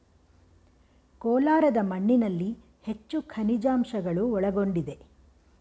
ಕೋಲಾರದ ಮಣ್ಣಿನಲ್ಲಿ ಹೆಚ್ಚು ಖನಿಜಾಂಶಗಳು ಒಳಗೊಂಡಿದೆ